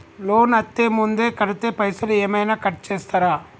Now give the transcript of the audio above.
Loan అత్తే ముందే కడితే పైసలు ఏమైనా కట్ చేస్తరా?